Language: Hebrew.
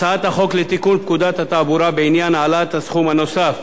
הצעת החוק לתיקון פקודת התעבורה בעניין העלאת הסכום הנוסף